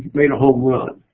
made a home run.